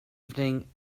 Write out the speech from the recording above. evening